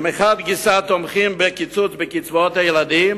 שמחד גיסא תומכים בקיצוץ בקצבאות הילדים